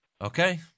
Okay